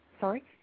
Sorry